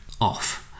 off